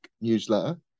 newsletter